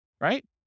right